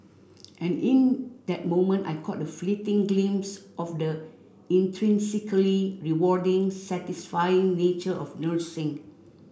and in that moment I caught a fleeting glimpse of the intrinsically rewarding satisfying nature of nursing